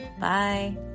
Bye